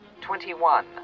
twenty-one